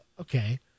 okay